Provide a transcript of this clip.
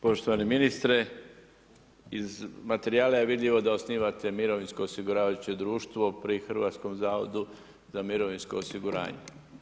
Poštovani ministre, iz materijala je vidljivo da osnivate mirovinsku osiguravajuće društvo pri Hrvatskom zavodu za mirovinsko osiguranje.